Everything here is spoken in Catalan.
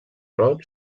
roig